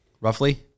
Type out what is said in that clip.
roughly